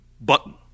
button